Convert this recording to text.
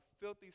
filthy